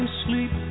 sleep